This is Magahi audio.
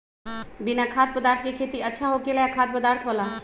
बिना खाद्य पदार्थ के खेती अच्छा होखेला या खाद्य पदार्थ वाला?